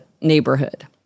neighborhood